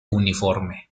uniforme